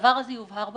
שהדבר הזה יובהר בחוק,